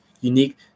unique